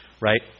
right